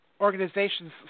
organizations